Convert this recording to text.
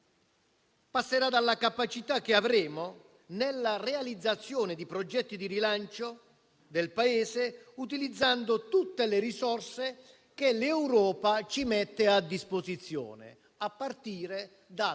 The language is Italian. Riprendo un concetto che ho voluto condividere in Commissione lavoro, che è stato ripreso brillantemente dalla collega Fedeli, sul rapporto tra sicurezza del lavoro,